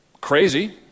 crazy